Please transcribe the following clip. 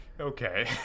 Okay